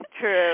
true